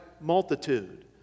multitude